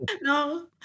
No